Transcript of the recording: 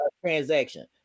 transaction